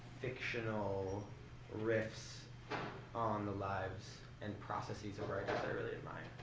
fictional riffs on the lives and processes of writers i really admire.